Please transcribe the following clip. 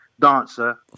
dancer